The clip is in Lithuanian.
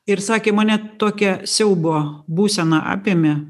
ir sakė mane tokia siaubo būsena apėmė